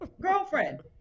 girlfriend